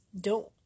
Don't